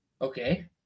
Okay